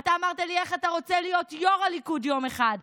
אתה אמרת לי איך אתה רוצה להיות יו"ר הליכוד יום אחד,